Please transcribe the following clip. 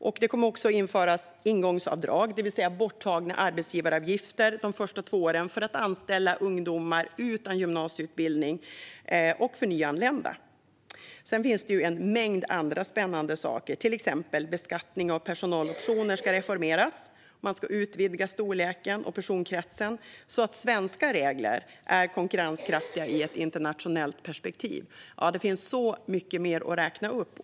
Även ingångsavdrag ska införas, det vill säga borttagna arbetsgivaravgifter de två första åren för att anställa ungdomar utan gymnasieutbildning och nyanlända. Det finns en mängd andra spännande saker. Till exempel ska beskattningen av personaloptioner reformeras genom att man utvidgar storleken och personkretsen, så att svenska regler är konkurrenskraftiga i ett internationellt perspektiv. Det finns så mycket mer att räkna upp.